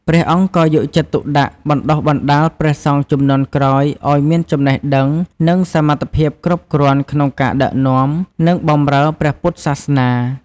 ព្រះអង្គក៏យកចិត្តទុកដាក់បណ្ដុះបណ្ដាលព្រះសង្ឃជំនាន់ក្រោយឱ្យមានចំណេះដឹង និងសមត្ថភាពគ្រប់គ្រាន់ក្នុងការដឹកនាំ និងបម្រើព្រះពុទ្ធសាសនា។